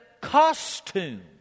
costume